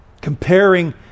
Comparing